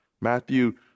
Matthew